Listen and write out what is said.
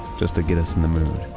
just to get us in the mood.